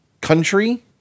country